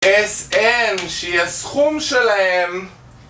אס אן, שיהיה סכום שלהם!